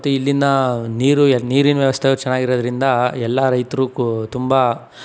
ಮತ್ತೆ ಇಲ್ಲಿನ ನೀರು ನೀರಿನ ವ್ಯವಸ್ಥೆಯು ಚೆನ್ನಾಗಿರೋದರಿಂದ ಎಲ್ಲ ರೈತರು ಕು ತುಂಬ